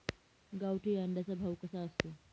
गावठी अंड्याचा भाव कसा असतो?